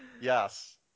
Yes